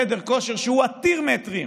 כמה שכר דירה משלם חדר כושר, שהוא עתיר מטרים?